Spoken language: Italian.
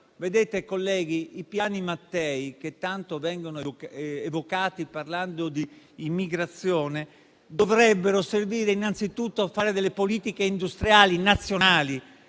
Colleghi, i piani Mattei che tanto vengono evocati parlando di immigrazione dovrebbero servire innanzitutto a fare delle politiche industriali nazionali,